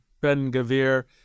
Ben-Gavir